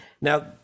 Now